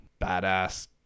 badass